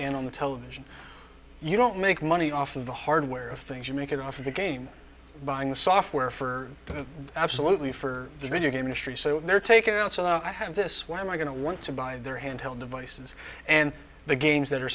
and on the television you don't make money off of the hardware of things you make it off the game buying the software for the absolutely for the video game industry so they're taking out so i have this why am i going to want to buy their handheld devices and the games